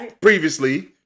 previously